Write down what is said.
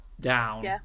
down